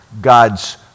God's